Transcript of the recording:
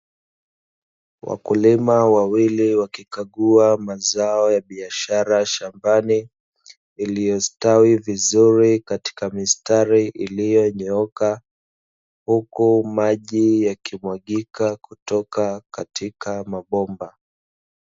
Wakulima wawili wakikagua mazao ya biashara shambani, yaliyostawi vizuri katika mistari iliyonyooka huku maji yakimwagika kutoka katika mabomba .